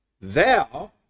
Thou